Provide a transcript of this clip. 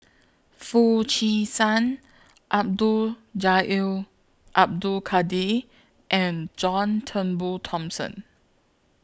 Foo Chee San Abdul Jalil Abdul Kadir and John Turnbull Thomson